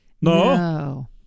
No